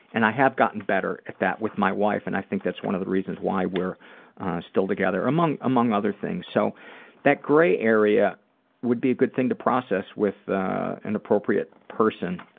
and i have gotten better at that with my wife and i think that's one of the reasons why we're still together, among among other things. so that gray area would be a good thing to process with an and appropriate person,